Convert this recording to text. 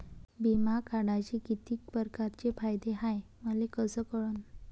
बिमा काढाचे कितीक परकारचे फायदे हाय मले कस कळन?